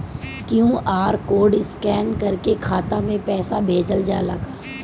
QR code scan करके खाता में पैसा भेजल जाला का?